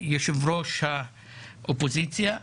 יושב-ראש האופוזיציה דאז.